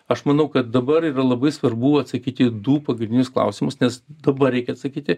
aš manau kad dabar yra labai svarbu atsakyti į du pagrindinius klausimus nes dabar reikia atsakyti